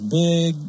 big